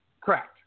Correct